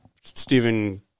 Stephen